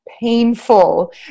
painful